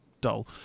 dull